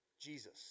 Jesus